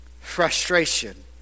Frustration